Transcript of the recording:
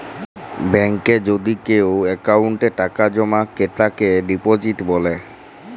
ব্যাংকে যদি কেও অক্কোউন্টে টাকা জমা ক্রেতাকে ডিপজিট ব্যলে